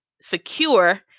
secure